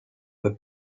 the